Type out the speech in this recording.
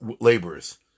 laborers